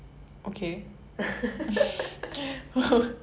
I think ah not sure but anyway